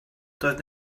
doedd